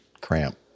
cramp